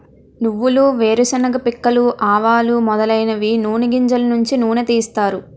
నువ్వులు వేరుశెనగ పిక్కలు ఆవాలు మొదలైనవి నూని గింజలు నుంచి నూనె తీస్తారు